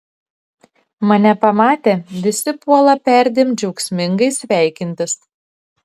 mane pamatę visi puola perdėm džiaugsmingai sveikintis